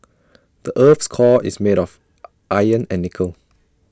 the Earth's core is made of iron and nickel